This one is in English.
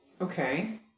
Okay